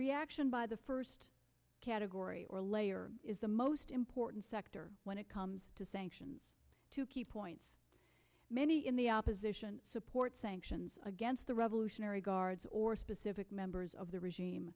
reaction by the first category or layer is the most important sector when it comes to sanctions two key points many in the opposition support sanctions against the revolutionary guards or specific members of the regime